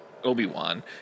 obi-wan